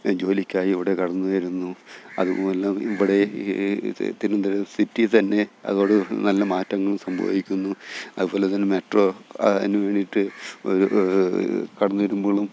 ജോലിക്കായി ഇവിടെ കടന്നുവരുന്നു അതുമൂലം ഇവിടെ ഈ തിരുവനന്തപുരം സിറ്റിയില്ത്തന്നെ അതോടെ നല്ല മാറ്റങ്ങളും സംഭവിക്കുന്നു അതുപോലെ തന്നെ മെട്രോ അതിനുവേണ്ടിയിട്ട് ഒരു കടന്നുവരുമ്പോളും